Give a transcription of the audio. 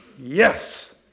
Yes